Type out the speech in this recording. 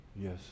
Yes